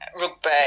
rugby